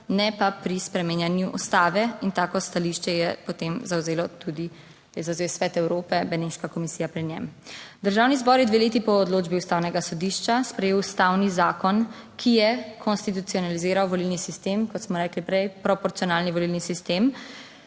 ne pa pri spreminjanju Ustave. In tako stališče je potem zavzelo tudi zavzel Svet Evrope, Beneška komisija pri njem. Državni zbor je dve leti po odločbi ustavnega sodišča sprejel ustavni zakon, ki je konstitucionaliziral volilni sistem, kot smo rekli prej, proporcionalni volilni sistem.